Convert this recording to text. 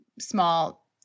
small